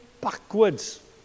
backwards